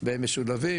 והם משולבים,